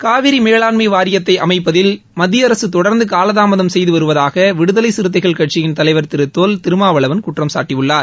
காவிரி மேலாண்மை வாரியத்தை அமைப்பதில் மத்திய அரசு தொடர்ந்து காலதாமதம் செய்துவருவதாக விடுதலைச் சிறுத்தைகள் கட்சியின் தலைவர் திரு தொல் திருமாவளவன் குற்றம்சாட்டியுள்ளார்